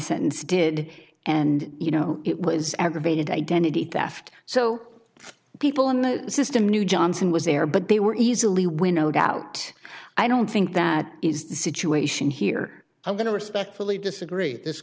sentenced did and you know it was aggravated identity theft so people in the system knew johnson was there but they were easily winnowed out i don't think that is the situation here i'm going to respectfully disagree this